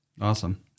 Awesome